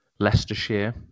Leicestershire